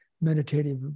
meditative